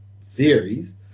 series